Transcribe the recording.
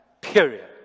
period